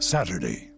Saturday